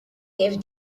give